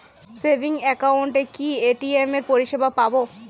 Savings একাউন্টে কি ATM পরিসেবা পাব?